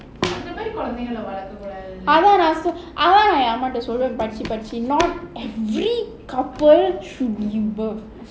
அந்த மாதிரி கொழந்தைங்களே வளர்க்க கூடாது:andha maadhiri kolainthaingalae valarka koodathu not every couple should give birth